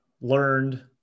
learned